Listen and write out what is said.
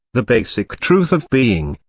the basic truth of being.